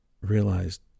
realized